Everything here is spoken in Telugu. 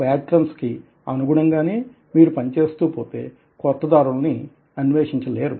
పేట్రన్స్ కి అనుగుణంగానే మీరు పని చేస్తూ పోతే కొత్త దారుల్ని అన్వేషించ లేరు